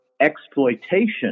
exploitation